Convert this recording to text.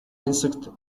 insect